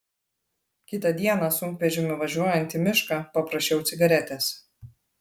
kitą dieną sunkvežimiu važiuojant į mišką paprašiau cigaretės